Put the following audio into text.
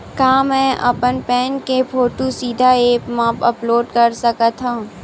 का मैं अपन पैन के फोटू सीधा ऐप मा अपलोड कर सकथव?